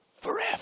Forever